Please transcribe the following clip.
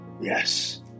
Yes